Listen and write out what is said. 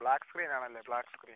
black screen ആണല്ലേ black screen